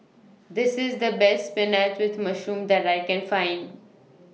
This IS The Best Spinach with Mushroom that I Can Find